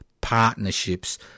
partnerships